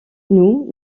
nous